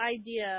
idea